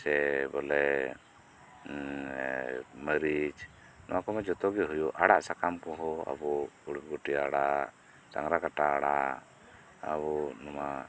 ᱥᱮ ᱵᱚᱞᱮ ᱢᱟᱹᱨᱤᱡ ᱱᱚᱣᱟ ᱠᱚᱢᱟ ᱡᱚᱛᱚᱜᱤ ᱦᱩᱭᱩᱜ ᱟᱲᱟᱜ ᱥᱟᱠᱟᱢ ᱠᱚᱦᱚᱸ ᱟᱵᱩ ᱠᱩᱲᱵᱩᱴᱤ ᱟᱲᱟᱜ ᱰᱟᱝᱨᱟ ᱠᱟᱴᱟ ᱟᱲᱟᱜ ᱟᱵᱩ ᱱᱚᱶᱟ